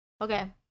Okay